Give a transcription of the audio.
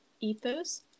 ethos